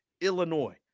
Illinois